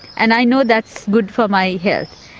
and i know that's good for my health.